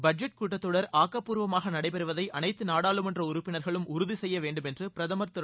budget கூட்டத் தொடர் ஆக்கபூர்வமாக நடைபெறுவதை அனைத்து நாடாளுமன்ற உறுப்பினர்களும் உறுதி செய்ய வேண்டும் என்று பிரதமர் திரு